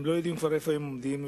הם כבר לא יודעים איפה הם עובדים.